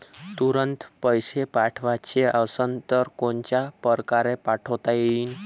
तुरंत पैसे पाठवाचे असन तर कोनच्या परकारे पाठोता येईन?